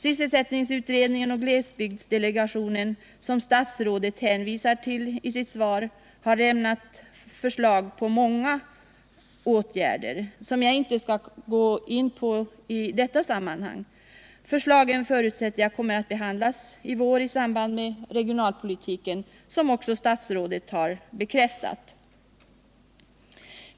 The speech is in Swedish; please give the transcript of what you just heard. Sysselsättningsutredningen och glesbygdsdelegationen, som statsrådet hänvisar till i sitt svar, har lämnat förslag till många åtgärder som jag inte skall gå in på i detta sammanhang. Jag förutsätter att förslagen kommer att behandlas i vår i samband med regionalpolitiken, vilket statsrådet också har bekräftat.